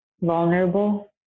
vulnerable